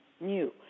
new